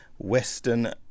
Western